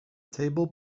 table